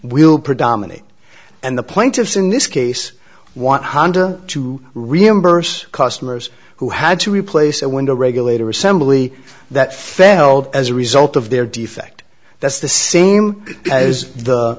will predominate and the plaintiffs in this case want honda to reimburse customers who had to replace a window regulator assembly that failed as a result of their defect that's the same as the